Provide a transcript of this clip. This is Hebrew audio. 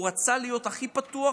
הוא רצה להיות פתוח,